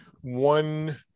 one